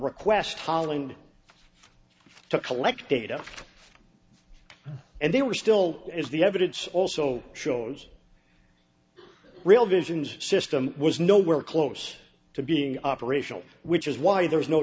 request holland to collect data and they were still is the evidence also shows real visions system was nowhere close to being operational which is why there is no